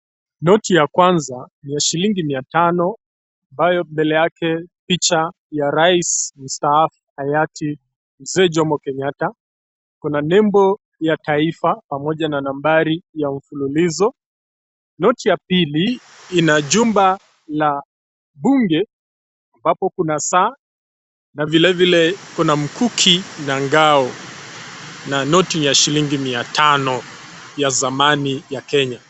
Noti ya kwanza, ni ya shilingi mia tano ambayo mbele yake picha ya rais mstaafu hayati, Mzee Jomo Kenyatta. Kuna nembo ya taifa pamoja na nambari ya mfululizo. Noti ya pili ina jumba la bunge, ambapo kuna saa na vile vile kuna mkuki na ngao, na noti ya shilingi mia tano ya zamani ya Kenya.